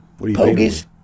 Pogies